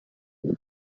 uma